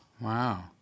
Wow